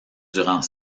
durant